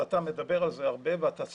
ואתה מדבר על זה הרבה ואתה צודק,